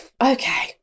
Okay